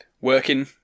working